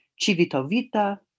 Civitovita